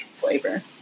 flavor